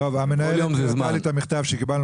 מנהלת הוועדה מראה לי את המכתב שקיבלנו